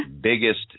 biggest